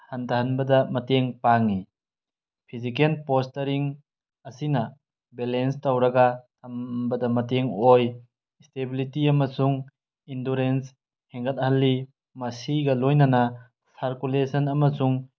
ꯍꯟꯊꯍꯟꯕꯗ ꯃꯇꯦꯡ ꯄꯥꯡꯏ ꯐꯤꯖꯤꯀꯦꯟ ꯄꯣꯁꯇꯔꯤꯡ ꯑꯁꯤꯅ ꯕꯦꯂꯦꯟꯁ ꯇꯧꯔꯒ ꯊꯝꯕꯗ ꯃꯇꯦꯡ ꯑꯣꯏ ꯏꯁꯇꯦꯕ꯭ꯂꯤꯇꯤ ꯑꯃꯁꯨꯡ ꯏꯟꯗꯨꯔꯦꯟꯁ ꯍꯦꯟꯒꯠꯍꯟꯂꯤ ꯃꯁꯤꯒ ꯂꯣꯏꯅꯅ ꯁꯔꯀꯨꯂꯦꯁꯟ ꯑꯃꯁꯨꯡ